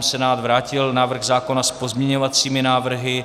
Senát vrátil návrh zákona s pozměňovacími návrhy.